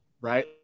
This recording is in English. right